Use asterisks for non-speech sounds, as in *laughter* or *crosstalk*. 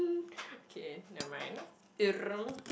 okay never mind *noise*